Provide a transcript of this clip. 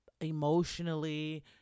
emotionally